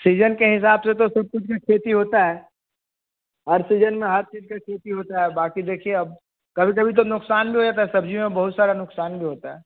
season के हिसाब से तो सब कुछ का खेती होता है हर सीज़न में हर चीज़ का होता है बाकी देखिए अब कभी कभी तो नुकसान भी हो जाता है सब्ज़ी में सब्ज़ी सारा नुकसान भी होता है